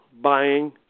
buying